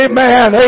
Amen